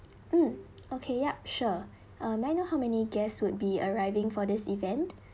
mm okay yup sure uh may I know how many guests would be arriving for this event